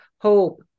hope